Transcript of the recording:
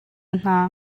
hna